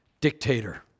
dictator